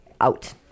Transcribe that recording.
out